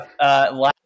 Last